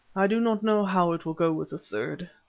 i do not know how it will go with the third.